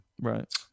right